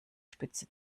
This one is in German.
spitze